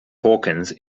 hawkins